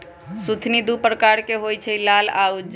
सुथनि दू परकार के होई छै लाल आ उज्जर